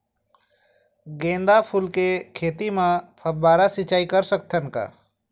गेंदा फूल के खेती म फव्वारा सिचाई कर सकत हन का?